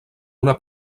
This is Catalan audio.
una